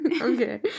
Okay